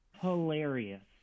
hilarious